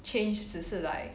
change 只是 like